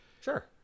sure